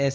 S